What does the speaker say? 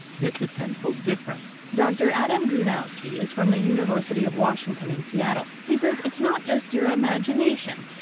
that's a ten fold difference dr. adam drewnowski is from the university of washington in seattle. he says it's not just your imagination.